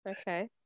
Okay